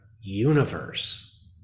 universe